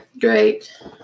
great